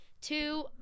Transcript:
Two